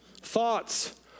thoughts